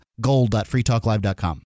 gold.freetalklive.com